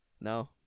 No